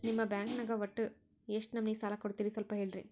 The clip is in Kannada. ನಿಮ್ಮ ಬ್ಯಾಂಕ್ ನ್ಯಾಗ ಒಟ್ಟ ಎಷ್ಟು ನಮೂನಿ ಸಾಲ ಕೊಡ್ತೇರಿ ಸ್ವಲ್ಪ ಹೇಳ್ರಿ